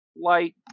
Light